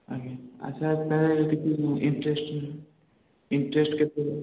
ଆଜ୍ଞା ଆଚ୍ଛା ସାର୍ କିଛି ଇଣ୍ଟ୍ରେଷ୍ଟ୍ ଇଣ୍ଟ୍ରେଷ୍ଟ୍ କେତେ